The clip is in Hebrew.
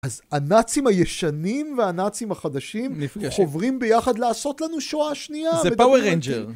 אז הנאצים הישנים והנאצים החדשים חוברים ביחד לעשות לנו שואה שנייה? זה פאור רנג'ר.